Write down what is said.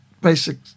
basic